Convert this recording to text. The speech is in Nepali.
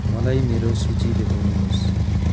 मलाई मेरो सूची देखाउनु होस्